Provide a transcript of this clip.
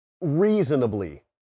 reasonably